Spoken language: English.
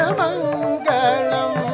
mangalam